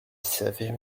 savez